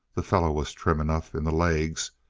the fellow was trim enough in the legs.